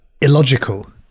illogical